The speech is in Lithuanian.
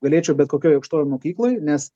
galėčiau bet kokioj aukštojoj mokykloj nes